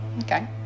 Okay